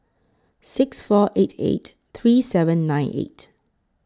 six four eight eight three seven nine eight